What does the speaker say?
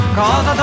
cause